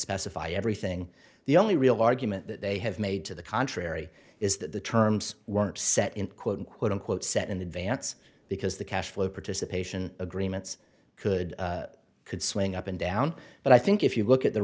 specify everything the only real argument that they have made to the contrary is that the terms weren't set in quote quote unquote set in advance because the cash flow participation agreements could could swing up and down but i think if you look at the